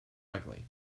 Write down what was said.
ugly